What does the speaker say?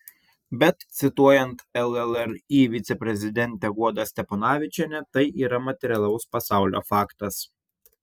bet cituojant llri viceprezidentę guodą steponavičienę tai yra materialaus pasaulio faktas